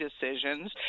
decisions